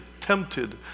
tempted